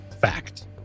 fact